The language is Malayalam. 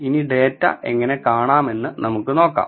ഇനി ഡാറ്റ എങ്ങനെ കാണാമെന്ന് നമുക്ക് നോക്കാം